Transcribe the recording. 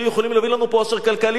שהיו יכולים להביא לנו פה עושר כלכלי,